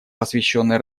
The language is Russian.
посвященной